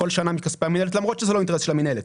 כל שנה מכספי המינהלת למרות שזה לא אינטרס של המינהלת.